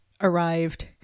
arrived